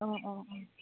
औ औ